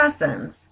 lessons